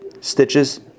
stitches